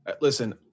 Listen